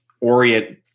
orient